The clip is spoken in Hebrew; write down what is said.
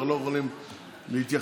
אנחנו לא יכולים להתייחס,